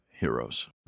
Heroes